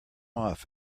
off